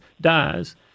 dies